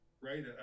right